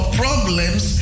problems